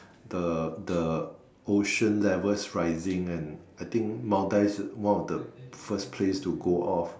the the ocean level's rising and I think Maldives one of the first place to go off